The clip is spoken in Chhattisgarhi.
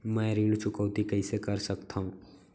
मैं ऋण चुकौती कइसे कर सकथव?